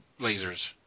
lasers